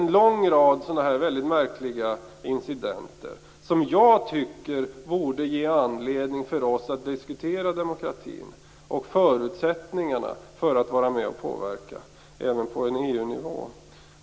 En lång rad sådana här mycket märkliga incidenter ägde rum, som jag tycker borde ge oss anledning att diskutera demokratin och förutsättningarna för att vara med och påverka även på EU-nivå.